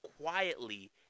quietly